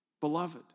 Beloved